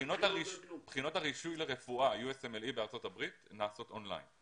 בחינות הרישוי לרפואה בארצות הברית נעשות און ליין.